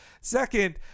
second